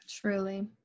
Truly